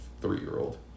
three-year-old